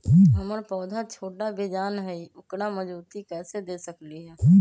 हमर पौधा छोटा बेजान हई उकरा मजबूती कैसे दे सकली ह?